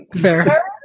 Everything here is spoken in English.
Fair